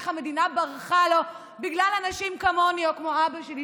איך המדינה ברחה לו בגלל אנשים כמוני או כמו אבא שלי,